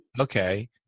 okay